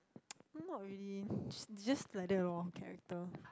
not really they just just like that lor character